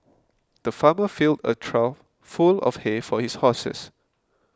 the farmer filled a trough full of hay for his horses